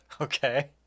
Okay